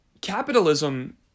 Capitalism